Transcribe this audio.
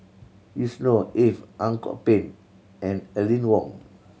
Yusnor Ef Ang Kok Peng and Aline Wong